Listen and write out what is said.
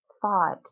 thought